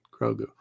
Krogu